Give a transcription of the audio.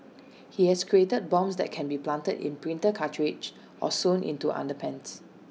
he has created bombs that can be planted in printer cartridges or sewn into underpants